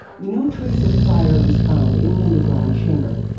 no trace of fire was found in the underground chamber.